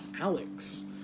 alex